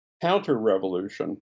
counter-revolution